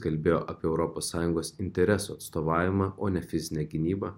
kalbėjo apie europos sąjungos interesų atstovavimą o ne fizinę gynybą